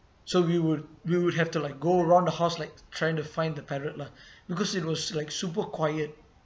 so we would we would have to like go around the house like trying to find the parrot lah because it was like super quiet